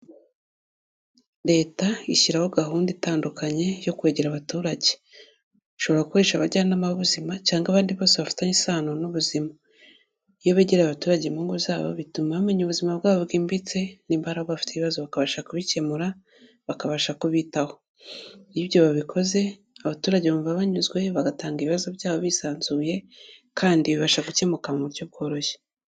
Leta ishyiraho gahunda itandukanye yo kwegera abaturage, ishobora gukoresha abajyanama b'ubuzima cyangwa abandi bose bafitanye isano n'ubuzima, iyo begereye abaturage mu ngo zabo bituma bamenya ubuzima bwabo bwimbitse nimba hari abafite ibibazo bakabasha kubikemura, bakabasha kubitaho, iyo ibyo babikoze abaturage bumva banyuzwe bagatanga ibibazo byabo bisanzuye kandi bibasha gukemuka mu buryo bworoshye.